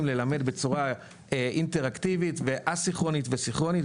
ללמד בצורה אינטראקטיבית ואסיכרונית וסיכרונית,